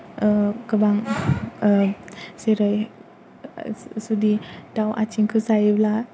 गोबां जेरै जुदि दाउ आथिंखौ जायोब्ला